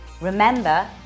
Remember